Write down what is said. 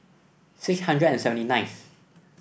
six hundred and seventy ninth